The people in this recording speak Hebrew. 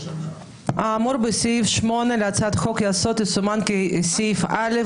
האמור בסעיף 8 להצעת חוק-יסוד יסומן כסעיף "(א)",